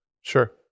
Sure